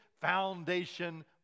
foundation